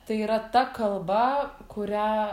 tai yra ta kalba kurią